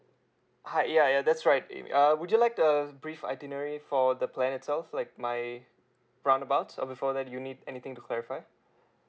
hi ya ya that's err uh would you like to err brief itinerary for the plan itself like my roundabout err before that you need anything to clarify